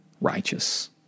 righteous